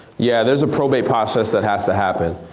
yeah there's a probate process that has to happen.